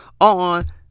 on